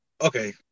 okay